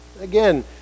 Again